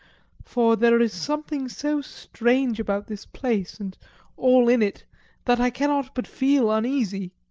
for there is something so strange about this place and all in it that i cannot but feel uneasy.